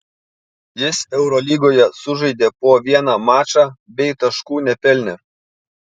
jis eurolygoje sužaidė po vieną mačą bei taškų nepelnė